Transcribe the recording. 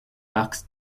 parks